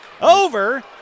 over